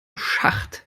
schacht